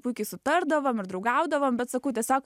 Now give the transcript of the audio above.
puikiai sutardavom ir draugaudavom bet sakau tiesiog